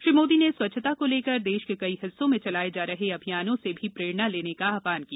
श्री मोदी ने स्वच्छता को लेकर देश के कई हिस्सों में चलाये जा रहे अभियानों से भी प्रेरणा लेने का आहवन किया